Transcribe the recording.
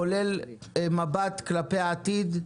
כולל מבט כלפי העתיד,